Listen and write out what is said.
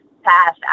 Passed